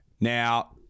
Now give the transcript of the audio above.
Now